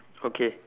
okay